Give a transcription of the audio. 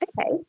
Okay